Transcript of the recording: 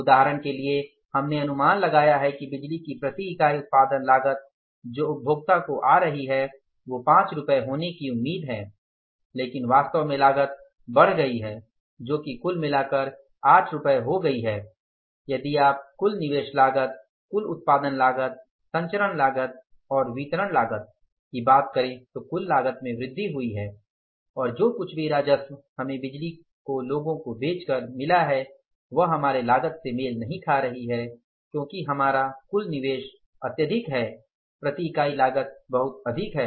उदाहरण के लिए हमने अनुमान लगाया है कि बिजली की प्रति इकाई उत्पादन लागत जो उपभोक्ता को आ रही है वो पाँच रुपये होने की उम्मीद है लेकिन वास्तव में लागत बढ़ गई है जो कि कुल मिलाकर आठ रुपये हो गई है यदि आप कुल निवेश लागत कुल उत्पादन लागत संचरण लागत और वितरण लागत की बात करें तो कुल लागत में वृद्धि हुई है और जो कुछ भी राजस्व हमें बिजली को लोगों को बेचकर मिला है वह हमारे लागत से मेल नहीं खा रही है क्योकि हमारा कुल निवेश बहुत अधिक है प्रति इकाई लागत बहुत अधिक है